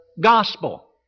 gospel